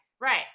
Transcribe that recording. right